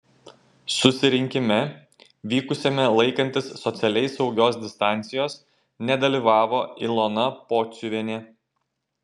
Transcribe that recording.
susirinkime vykusiame laikantis socialiai saugios distancijos nedalyvavo ilona pociuvienė